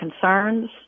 concerns